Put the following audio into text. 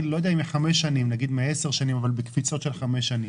לא יודע אם ל-5 שנים אבל ל-10 שנים בקפיצות של 5 שנים,